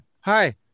hi